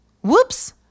whoops